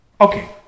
Okay